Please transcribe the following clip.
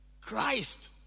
Christ